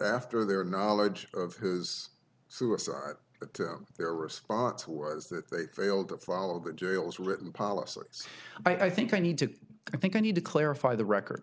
after their knowledge of his suicide their response was that they failed to follow the details written policies but i think i need to i think i need to clarify the record